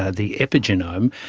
ah the epigenome.